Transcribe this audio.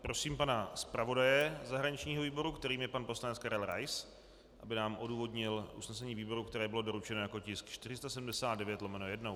Prosím pana zpravodaje zahraničního výboru, kterým je pan poslanec Karel Rais, aby nám odůvodnil usnesení výboru, které bylo doručeno jako tisk 479/1.